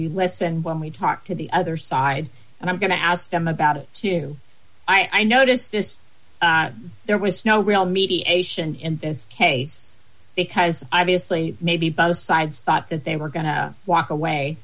you listen when we talk to the other side and i'm going to ask them about it too i noticed this there was no real mediation in this case because obviously maybe the sides thought that they were going to walk away